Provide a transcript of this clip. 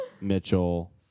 Mitchell